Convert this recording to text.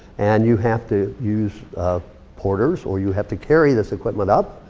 and you have to use porters, or you have to carry this equipment up,